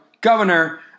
governor